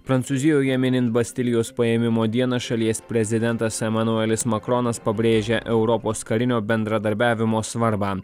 prancūzijoje minint bastilijos paėmimo dieną šalies prezidentas emanuelis makronas pabrėžia europos karinio bendradarbiavimo svarbą